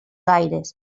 aires